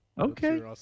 Okay